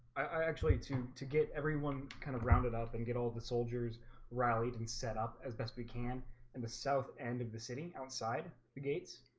actually to to get everyone kind of rounded up and get all the soldiers rallied and set up as best we can at and the south end of the city outside the gates